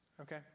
okay